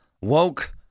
woke